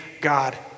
God